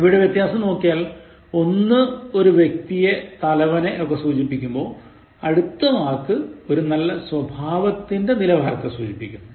ഇവയുടെ വ്യത്യാസം നോക്കിയാൽ ഒന്ന് ഒരു വ്യക്തിയെ തലവനെ ഒക്കെ സൂചിപ്പിക്കുമ്പോൾ അടുത്ത വാക്ക് ഒരു നല്ല സ്വഭാവത്തിന്റെ നിലവാരത്തെ സൂചിപ്പിക്കുന്നു